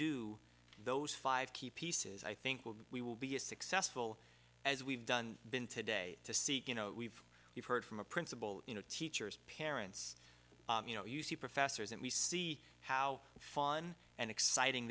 do those five key pieces i think will we will be as successful as we've done been today to see you know we've heard from a principal you know teachers parents you know you see professors and we see how fun and exciting